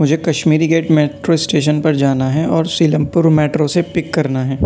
مجھے Kashmiri gate metro station پر جانا ہے اور سیلم پور میٹرو سے پک کرنا ہے